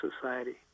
society